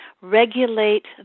regulate